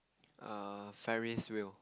err ferris wheel